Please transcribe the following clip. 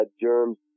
germs